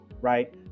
right